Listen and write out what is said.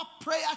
prayer